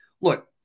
look